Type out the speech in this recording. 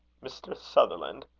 mr. sutherland,